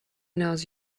knows